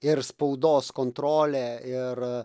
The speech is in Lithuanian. ir spaudos kontrolė ir